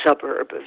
suburb